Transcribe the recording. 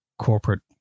corporate